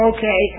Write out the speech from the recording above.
Okay